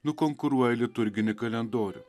nukonkuruoja liturginį kalendorių